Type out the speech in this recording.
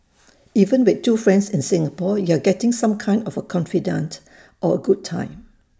even with two friends in Singapore you're getting some kind of A confidante or A good time